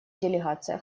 делегация